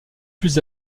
plus